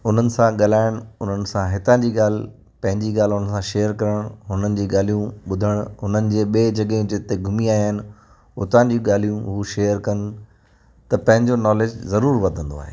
उन्हनि सां ॻाल्हाइण उन्हनि सां हितां जी ॻाल्हि पंहिंजी ॻाल्हि हुन सां शेयर करण हुननि जूं ॻाल्यूं ॿुधण हुननि जे ॿिएं जॻहयूं जिते घुमी आया आहिनि हुतां जूं ॻाल्हियूं हू शेयर कनि त पंहिंजो नॉलेज ज़रूरु वधंदो आहे